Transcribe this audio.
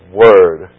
word